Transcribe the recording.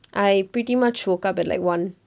I pretty much woke up at like one